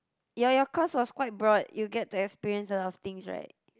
ya ya of course it was quite broad you get to experience a lot of things right